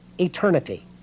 eternity